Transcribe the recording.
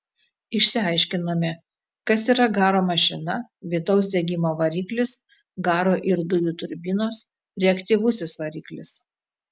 išsiaiškinome kas yra garo mašina vidaus degimo variklis garo ir dujų turbinos reaktyvusis variklis